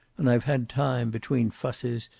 and i've had time, between fusses,